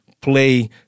play